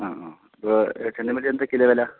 ആ ആ ഇപ്പോൾ ചെണ്ടുമല്ലി എന്താ കിലോ വില